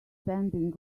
standing